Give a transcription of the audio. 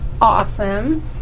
Awesome